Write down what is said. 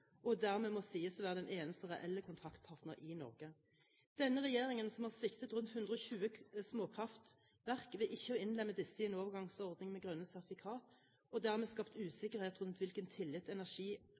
og dermed må sies å være den eneste reelle kontraktspartner i Norge. Denne regjeringen har sviktet rundt 120 småkraftverk ved ikke å innlemme disse i en overgangsordning med grønne sertifikater, og dermed skapt